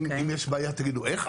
אם יש בעיה, תגידו איך.